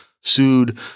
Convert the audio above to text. sued